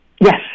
Yes